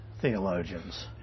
theologians